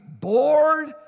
bored